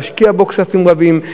להשקיע כספים רבים.